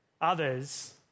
others